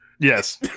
Yes